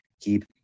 keep